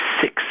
six